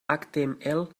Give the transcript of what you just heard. html